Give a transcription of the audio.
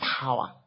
power